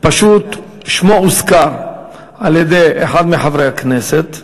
פשוט, שמו הוזכר על-ידי אחד מחברי הכנסת,